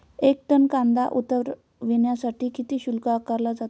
एक टन कांदा उतरवण्यासाठी किती शुल्क आकारला जातो?